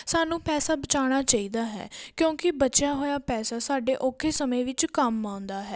ਸਾਨੂੰ ਪੈਸਾ ਬਚਾਉਣਾ ਚਾਹੀਦਾ ਹੈ ਕਿਉਂਕਿ ਬਚਿਆ ਹੋਇਆ ਪੈਸਾ ਸਾਡੇ ਔਖੇ ਸਮੇਂ ਵਿੱਚ ਕੰਮ ਆਉਂਦਾ ਹੈ